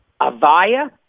avaya